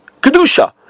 kedusha